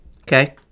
Okay